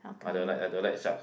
I don't like I don't like sharks